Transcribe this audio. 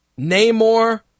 Namor